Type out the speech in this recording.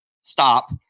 stop